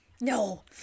No